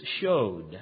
showed